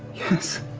yes!